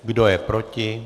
Kdo je proti?